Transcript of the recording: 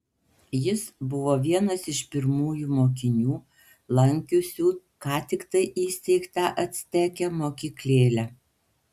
jis buvo vienas iš pirmųjų mokinių lankiusių ką tiktai įsteigtą acteke mokyklėlę